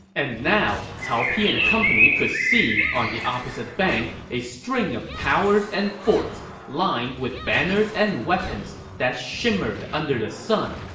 and now, cao pi and company could see on the opposite bank a string of towers and forts, lined with banners and weapons that glimmered under the sun.